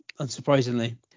Unsurprisingly